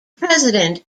president